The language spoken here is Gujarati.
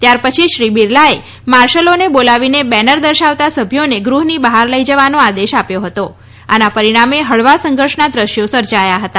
ત્યારપછી શ્રી બિરલાએ માર્શલોને બોલાવીને બેનર દર્શાવતા સભ્યોને ગૃહની બહાર લઇ જવાનો આદેશ આપ્યો હતો આના પરિણામે હળવા સંઘર્ષના દ્રશ્યો સર્જાયા હતા